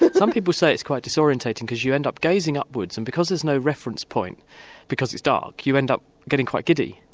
but some people say it's quite disorientating because you end up gazing upwards, and because there's no reference point because it's dark, you end up getting quite giddy.